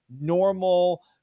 normal